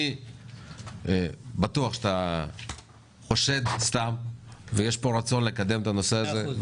אני בטוח שאתה חושד סתם ויש כאן רצון לקדם את הנושא הזה.